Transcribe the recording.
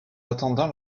attendant